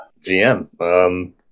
GM